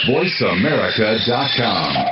VoiceAmerica.com